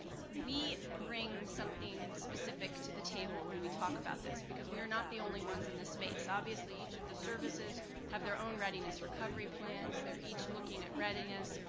we bring something specific to the table when we talk about this because we are not the only ones in this space. obviously, each of the services have their own readiness recovery plans, they're each looking at readiness.